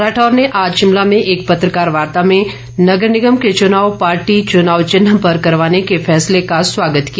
राठौर ने आज शिमला में एक पत्रकार वार्ता में नगर निगम के चुनाव पार्टी चुनाव चिन्ह पर करवाने के फैसले का स्वागत किया